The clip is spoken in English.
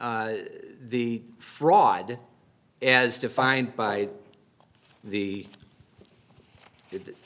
the fraud as defined by the